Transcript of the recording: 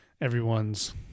everyone's